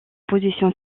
position